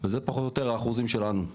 וזה פחות או יותר האחוזים שלנו.